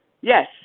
Yes